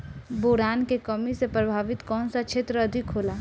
Boron के कमी से प्रभावित कौन सा क्षेत्र अधिक होला?